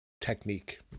technique